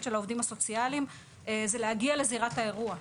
של העובדים הסוציאליים הוא להגיע לזירת האירוע,